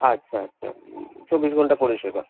আচ্ছা আচ্ছা চব্বিশ ঘণ্টা পরিষেবা